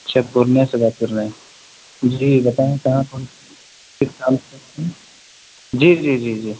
اچھا پورنیہ سے بات کر رہے ہیں جی بتائیں کہاں فون کیے کس کام سے جی جی جی